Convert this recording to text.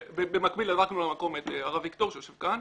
במקביל, הזעקנו למקום את הרב ויקטור שיושב כאן.